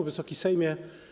Wysoki Sejmie!